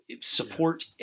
support